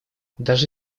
даже